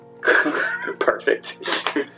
Perfect